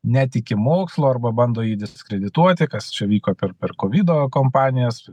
netiki mokslu arba bando jį diskredituoti kas čia vyko per per kovido kompanijas